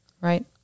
right